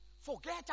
Forget